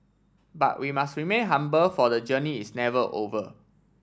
but we must remain humble for the journey is never over